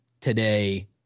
today